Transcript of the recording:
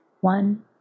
one